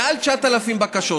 מעל 9,000 בקשות.